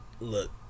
Look